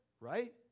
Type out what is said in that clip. right